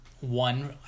one